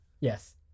Yes